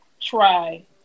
try